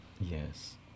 yes